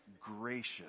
gracious